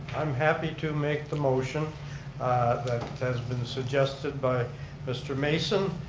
i'm happy to make the motion that has been suggested by mr. mason,